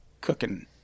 cooking